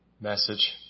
message